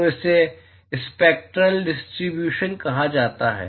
तो इसे spectral distribution कहा जाता है